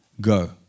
go